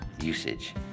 usage